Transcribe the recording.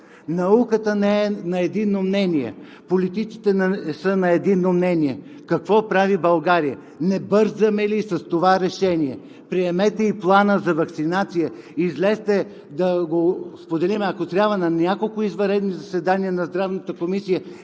науката не е на единно мнение, политиците не са на единно мнение. Какво прави България? Не бързаме ли с това решение? Приемете и Плана за ваксинация, излезте да го споделим, ако трябва да няколко извънредни заседания на Здравната комисия,